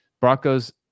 Broncos